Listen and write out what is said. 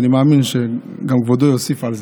ואני מאמין שגם כבודו יוסיף על זה: